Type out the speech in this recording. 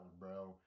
bro